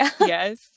Yes